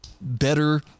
better